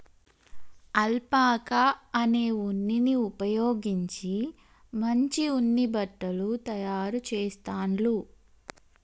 alpaca అనే ఉన్నిని ఉపయోగించి మంచి ఉన్ని బట్టలు తాయారు చెస్తాండ్లు